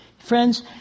Friends